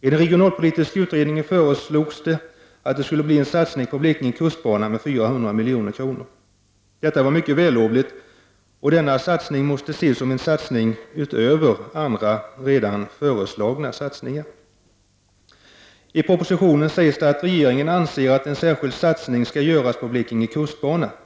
I den regionalpolitiska utredningen föreslogs en satsning på Blekinge kustbana med 400 milj.kr. Detta var en mycket vällovlig satsning, och den måste ses som en satsning utöver andra, redan föreslagna. I propositionen sägs att regeringen anser att en särskild satsning skall göras på Blekinge kustbana.